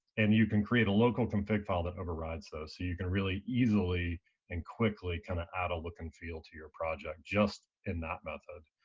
and you can create a local config file that overrides those so you can easily and quickly kind of add a look and feel to your project just in that method.